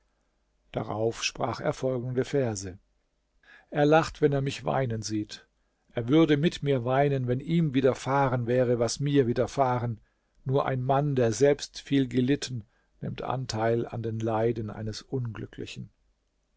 darauf sprach er folgende verse er lacht wenn er mich weinen sieht er würde mit mir weinen wenn ihm widerfahren wäre was mir widerfahren nur ein mann der selbst viel gelitten nimmt anteil an den leiden eines unglücklichen